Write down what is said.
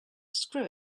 screw